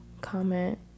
comment